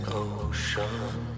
ocean